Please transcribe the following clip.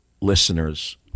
listeners